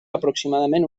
aproximadament